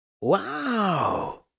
Wow